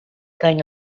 kind